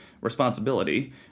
responsibility